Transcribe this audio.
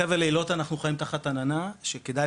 בחבל איילות אנחנו חיים תחת עננה שכדאי